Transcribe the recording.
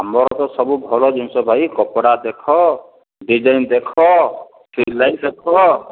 ଆମର ତ ସବୁ ଭଲ ଜିନିଷ ଭାଇ କପଡ଼ା ଦେଖ ଡିଜାଇନ ଦେଖ ସିଲାଇ ଦେଖ